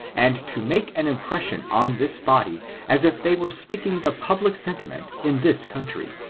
and to make an impression on this body as if they were speaking the public sentiment in this country.